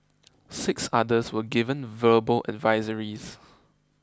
six others were given verbal advisories